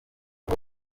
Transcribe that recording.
aho